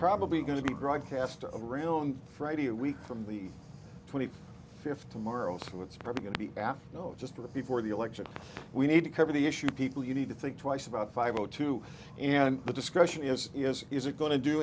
probably going to be broadcast of real on friday a week from the twenty fifth tomorrow so it's probably going to be you know just before the election we need to cover the issue people you need to think twice about five o two and the discussion is is is it go